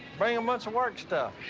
bring a bunch of work stuff.